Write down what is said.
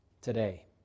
today